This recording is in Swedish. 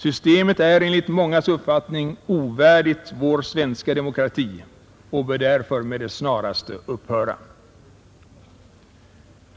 Systemet är enligt mångas uppfattning ovärdigt vår svenska demokrati och bör därför med det snaraste upphöra.